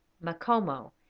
Macomo